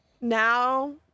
Now